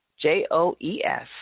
J-O-E-S